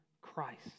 Christ